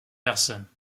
personne